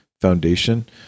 Foundation